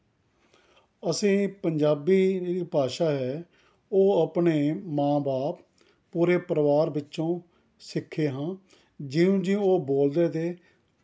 ਅਸੀਂ ਪੰਜਾਬੀ ਜਿਹੜੀ ਭਾਸ਼ਾ ਹੈ ਉਹ ਆਪਣੇ ਮਾਂ ਬਾਪ ਪੂਰੇ ਪਰਿਵਾਰ ਵਿੱਚੋਂ ਸਿੱਖੇ ਹਾਂ ਜਿਉਂ ਜਿਉਂ ਉਹ ਬੋਲਦੇ ਤੇ